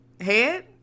Head